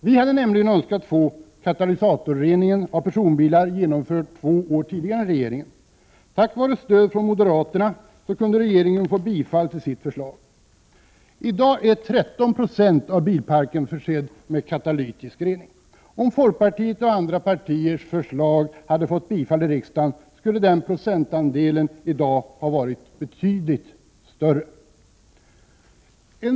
Vi hade önskat att få katalysatorreningen av personbilar genomförd två år tidigare än vad regeringen föreslog. Tack vare stöd från moderaterna kunde regeringen få bifall till sitt förslag. I dag är 13 96 av bilparken försedd med katalytisk rening. Om folkpartiet och andra partiers förslag hade fått bifall i riksdagen skulle den procentandelen i dag ha varit betydligt större. Herr talman!